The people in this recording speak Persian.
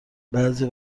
بعضی